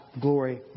glory